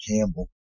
Campbell